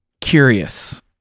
curious